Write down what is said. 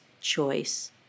choice